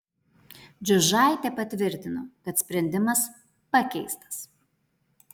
džiužaitė patvirtino kad sprendimas pakeistas